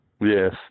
Yes